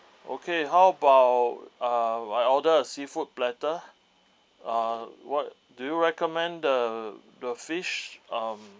okay how about uh I order a seafood platter uh what do you recommend the the fish um